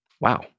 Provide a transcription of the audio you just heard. Wow